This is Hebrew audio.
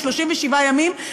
37 ימים,